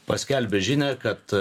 paskelbė žinią kad